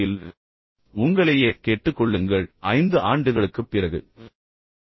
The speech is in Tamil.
உங்களை நீங்களே கேட்டுக்கொள்ளுங்கள் 5 ஆண்டுகளுக்குப் பிறகு நீங்கள் என்ன செய்வீர்கள்